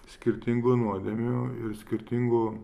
skirtingų nuodėmių ir skirtingų